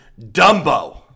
Dumbo